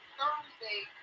thursday